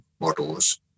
models